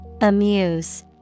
Amuse